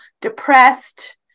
depressed